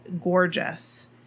gorgeous